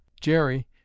Jerry